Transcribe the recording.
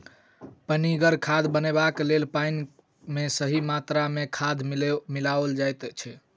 पनिगर खाद बनयबाक लेल पाइन मे सही मात्रा मे खाद मिलाओल जाइत छै